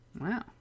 Wow